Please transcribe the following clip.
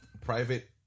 private